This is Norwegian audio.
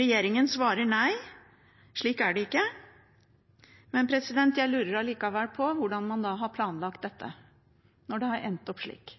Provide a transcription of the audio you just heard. Regjeringen svarer nei, slik er det ikke. Jeg lurer allikevel på hvordan man da har planlagt dette, når det har endt opp slik.